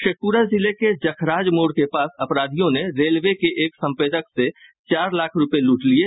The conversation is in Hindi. शेखपुरा जिले के जखराज मोड़ के पास अपराधियों ने रेलवे के एक संवेदक से चार लाख रूपये लूट लिये